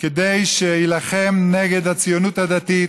כדי שיילחם נגד הציונות הדתית,